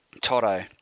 Toto